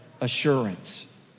assurance